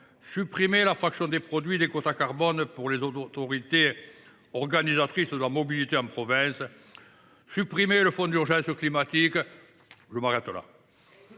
Supprimée la fraction des produits des quotas carbone pour les autorités organisatrices de la mobilité en province ! Supprimé le fonds d’urgence climatique pour les